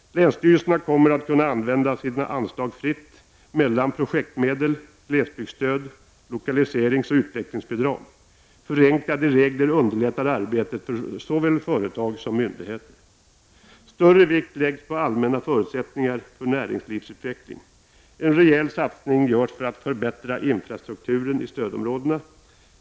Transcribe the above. Länsstyrelserna kommer att kunna använda sina anslag fritt mellan projektmedel, glesbygdsstöd, lokaliseringsoch utvecklingsbidrag. Förenklade regler underlättar arbetet för såväl företag som myndigheter. — Större vikt läggs på allmänna förutsättningar för näringslivsutveckling. En rejäl satsning görs för att förbättra infrastrukturen i stödområdena.